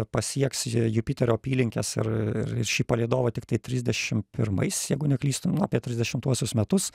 pasieks jupiterio apylinkes ir ir šį palydovą tiktai trisdešimt pirmais jeigu neklystu apie trisdešimtuosius metus